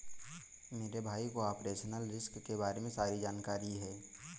मेरे भाई को ऑपरेशनल रिस्क के बारे में सारी जानकारी है